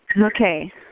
Okay